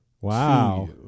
Wow